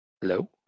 Hello